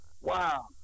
Wow